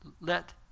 let